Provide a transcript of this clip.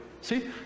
see